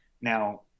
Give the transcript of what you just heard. now